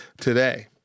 today